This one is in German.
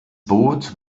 boot